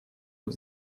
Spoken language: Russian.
вот